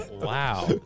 Wow